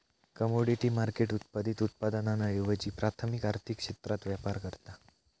commodity market उत्पादित उत्पादनांऐवजी प्राथमिक आर्थिक क्षेत्रात व्यापार करता